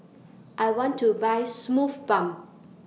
I want to Buy Sumuf Balm